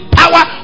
power